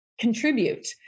contribute